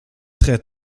très